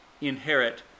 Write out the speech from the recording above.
inherit